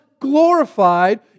glorified